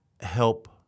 help